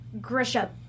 Grisha